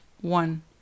one